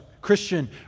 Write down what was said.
Christian